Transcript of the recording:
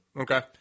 Okay